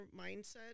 mindset